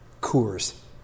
Coors